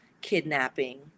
kidnapping